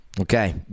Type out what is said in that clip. Okay